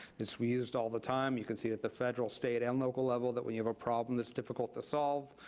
this we used all the time. you can see at the federal, state, and local level that when you have a problem this difficult to solve,